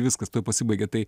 viskas pasibaigė tai